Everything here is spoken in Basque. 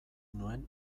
nuen